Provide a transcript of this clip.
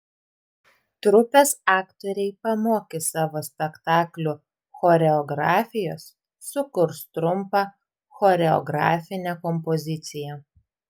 trupės aktoriai pamokys savo spektaklių choreografijos sukurs trumpą choreografinę kompoziciją